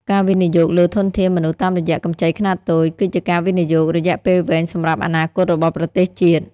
ការវិនិយោគលើធនធានមនុស្សតាមរយៈកម្ចីខ្នាតតូច គឺជាការវិនិយោគរយៈពេលវែងសម្រាប់អនាគតរបស់ប្រទេសជាតិ។